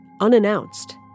unannounced